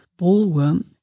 ballworm